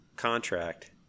contract